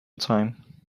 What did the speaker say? time